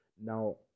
Now